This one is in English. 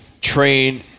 trained